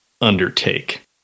undertake